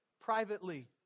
privately